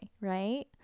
right